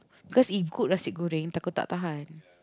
because if good nasi goreng takut tak tahan